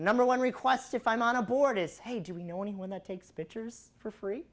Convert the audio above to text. number one request if i'm on a board is hey do you know anyone that takes pictures for free